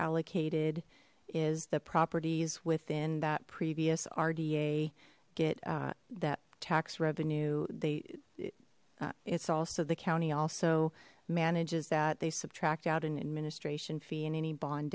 allocated is the properties within that previous rda get that tax revenue they it's also the county also manages that they subtract out an administration fee in any bond